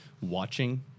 watching